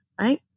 Right